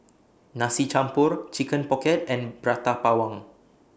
Nasi Campur Chicken Pocket and Prata Bawang